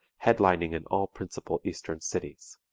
headlining in all principal eastern cities.